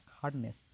hardness